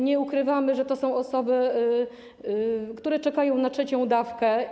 Nie ukrywamy, że to są osoby, które czekają na trzecią dawkę.